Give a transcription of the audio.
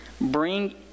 Bring